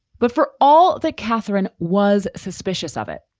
but for all that catherine was suspicious of it,